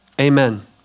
amen